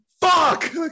Fuck